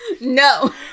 No